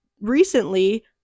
recently